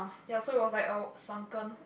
ya so it was like uh sunken